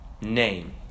name